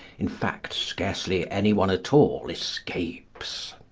in fact, scarcely anyone at all escapes.